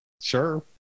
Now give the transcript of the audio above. sure